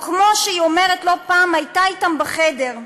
או כמו שהיא אומרת: לא פעם הייתה אתם בחדר.